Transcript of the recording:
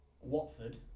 Watford